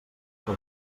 que